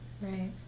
Right